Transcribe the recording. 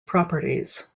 properties